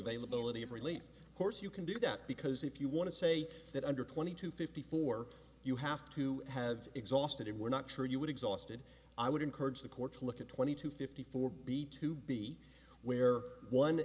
availability of relief course you can do that because if you want to say that under twenty two fifty four you have to have exhausted and we're not sure you would exhausted i would encourage the court to look at twenty two fifty four b two b where one